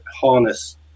harness